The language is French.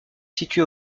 située